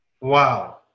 Wow